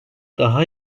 daha